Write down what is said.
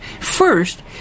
First